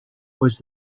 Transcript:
was